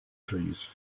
trees